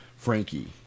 Frankie